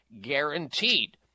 guaranteed